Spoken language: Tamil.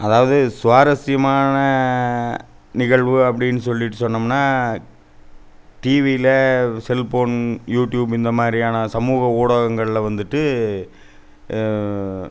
அதாவது சுவாரஸ்யமான நிகழ்வு அப்படின் சொல்லிவிட்டு சொன்னோம்னால் டிவியில் செல் ஃபோன் யூடியூப் இந்த மாதிரியான சமூக ஊடகங்களில் வந்துட்டு